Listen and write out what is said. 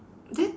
that's